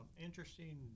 interesting